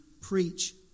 preach